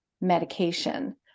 medication